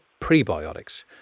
prebiotics